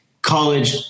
College